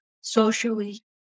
socially